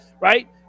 right